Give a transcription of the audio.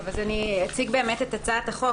אני אציג את הצעת החוק.